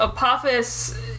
Apophis